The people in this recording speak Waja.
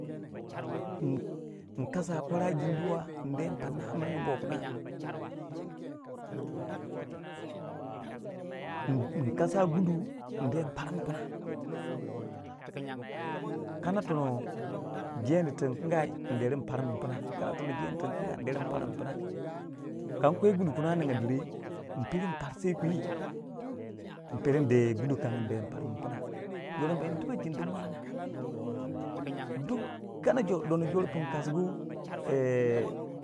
nyi nyinkasa kwara jindiwa nde yin panna a mirngu bow kina yin yin kasa gundu yin deh yin par man pina kana tono jeni tin nkin gai mpar mạn pina kana tono jeni tin nkinga npar mạn pina kan kwe gundu kina ninga dirre yin peri yin parsiyei kwi yin pero yin de gunu ku kangu yin de yi par man pina yorongo bayina tubak jindi mwalanga kana dono jor din kasugu.